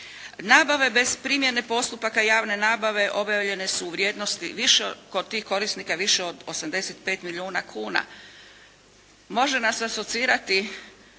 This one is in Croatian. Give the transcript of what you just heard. Nabave bez primjene postupaka javne nabave obavljene su u vrijednosti kod tih korisnika više od 85 milijuna kuna. Može nas asocirati